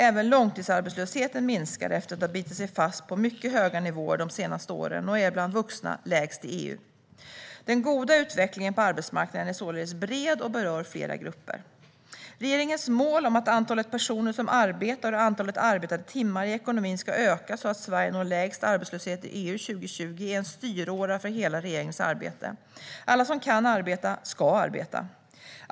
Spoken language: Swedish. Även långtidsarbetslösheten minskar efter att ha bitit sig fast på mycket höga nivåer de senaste åren och är bland vuxna lägst i EU. Den goda utvecklingen på arbetsmarknaden är således bred och berör flera grupper. Regeringens mål om att antalet personer som arbetar och antalet arbetade timmar i ekonomin ska öka så att Sverige når lägst arbetslöshet i EU 2020 är en styråra för hela regeringens arbete. Alla som kan arbeta ska arbeta.